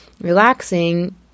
relaxing